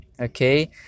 okay